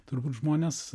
turbūt žmones